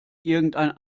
irgendein